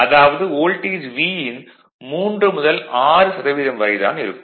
அதாவது voltage V ன் 3 முதல் 6 சதவீதம் வரை தான் இருக்கும்